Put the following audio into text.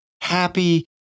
happy